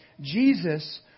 Jesus